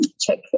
check